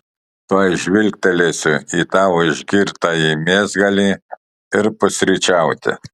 tuoj žvilgtelėsiu į tavo išgirtąjį mėsgalį ir pusryčiauti